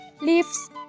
Leaves